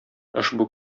ошбу